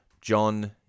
John